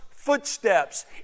footsteps